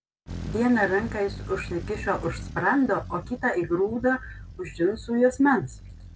vieną ranką jis užsikišo už sprando o kitą įgrūdo už džinsų juosmens